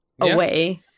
away